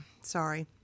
sorry